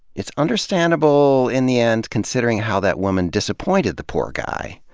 it's understandable, in the end, considering how that woman disappointed the poor guy.